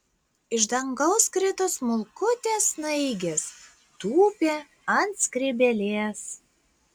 iš dangaus krito smulkutės snaigės tūpė ant skrybėlės